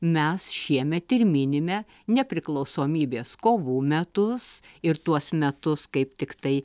mes šiemet ir minime nepriklausomybės kovų metus ir tuos metus kaip tiktai